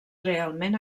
realment